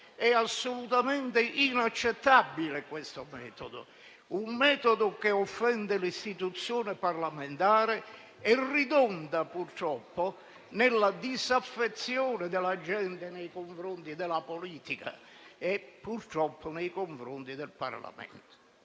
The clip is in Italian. È assolutamente inaccettabile questo metodo, che offende l'istituzione parlamentare e ridonda, purtroppo, nella disaffezione della gente nei confronti della politica e purtroppo nei confronti del Parlamento.